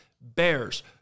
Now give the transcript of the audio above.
bears